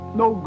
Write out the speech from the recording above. no